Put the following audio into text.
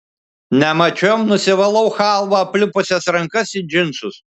nemačiom nusivalau chalva aplipusias rankas į džinsus